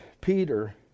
Peter